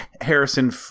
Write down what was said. Harrison